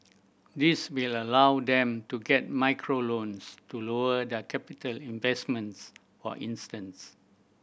this will allow them to get micro loans to lower their capital investments for instance